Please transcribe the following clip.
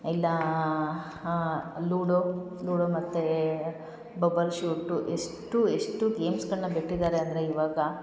ಇಲ್ಲಾ ludo ludo ಮತ್ತು bubble shoot ಎಷ್ಟು ಎಷ್ಟು ಗೇಮ್ಸ್ಗಳನ್ನ ಬಿಟ್ಟಿದ್ದಾರೆ ಅಂದರೆ ಇವಾಗ